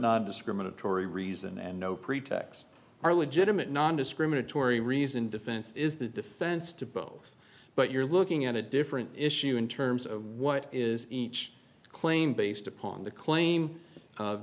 nondiscriminatory reason and no pretext are legitimate nondiscriminatory reason defense is the defense to both but you're looking at a different issue in terms of what is each claim based upon the claim